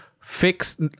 fix